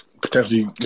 potentially